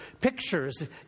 pictures